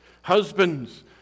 Husbands